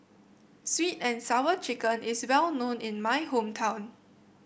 sweet and Sour Chicken is well known in my hometown